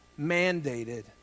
mandated